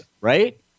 right